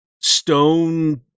Stone